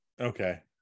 Okay